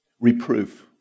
reproof